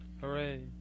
Hooray